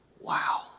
Wow